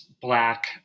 black